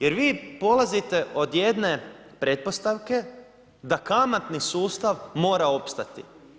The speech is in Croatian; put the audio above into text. Jer vi polazite od jedne pretpostavke da kamatni sustav mora opstati.